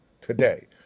today